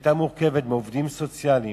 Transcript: שהיתה מורכבת מעובדים סוציאליים,